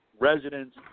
Residents